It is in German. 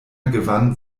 gewann